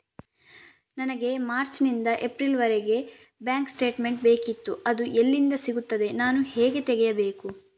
ನನಗೆ ಮಾರ್ಚ್ ನಿಂದ ಏಪ್ರಿಲ್ ವರೆಗೆ ಬ್ಯಾಂಕ್ ಸ್ಟೇಟ್ಮೆಂಟ್ ಬೇಕಿತ್ತು ಅದು ಎಲ್ಲಿಂದ ಸಿಗುತ್ತದೆ ನಾನು ಹೇಗೆ ತೆಗೆಯಬೇಕು?